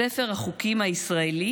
ספר החוקים הישראלי